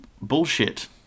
bullshit